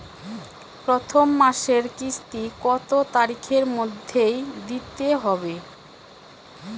প্রথম মাসের কিস্তি কত তারিখের মধ্যেই দিতে হবে?